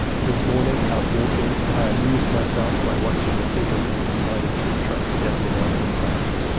this morning out walking i amused my self by watching the peasants sliding tree trunks down the mountain sides.